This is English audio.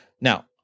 Now